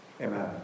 Amen